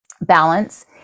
balance